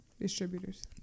distributors